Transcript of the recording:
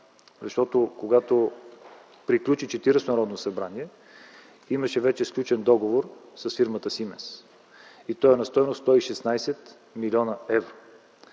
Защото, когато приключи Четиридесетото Народно събрание, имаше вече сключен договор с фирмата „Сименс” и той е на стойност 116 млн. евро.